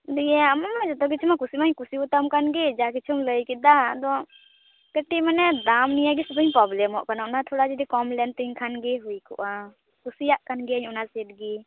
ᱫᱤᱭᱮ ᱟᱢᱟᱢᱼᱢᱟ ᱡᱚᱛᱚ ᱠᱤᱪᱷᱩ ᱢᱟ ᱠᱩᱥᱤ ᱢᱟᱧ ᱠᱩᱥᱤ ᱟᱛᱟᱢ ᱠᱟᱱᱜᱮ ᱡᱟ ᱠᱤᱪᱷᱩᱢ ᱞᱟᱹᱭ ᱠᱮᱫᱟ ᱟᱫᱚ ᱠᱟᱹᱴᱤᱡ ᱢᱟᱱᱮ ᱫᱟᱢ ᱱᱤᱭᱟᱹᱜᱮ ᱥᱩᱫᱩᱧ ᱯᱚᱵᱞᱮᱢᱚᱜ ᱠᱟᱱᱟ ᱚᱱᱟ ᱛᱷᱚᱲᱟ ᱡᱩᱫᱤ ᱠᱚᱢᱞᱮᱱ ᱛᱤᱧ ᱠᱷᱟᱱ ᱜᱮ ᱦᱩᱭ ᱠᱚᱜᱼᱟ ᱠᱩᱥᱤᱭᱟᱜ ᱠᱟᱱ ᱜᱮᱭᱟᱹᱧ ᱚᱱᱟ ᱥᱮᱴ ᱜᱮ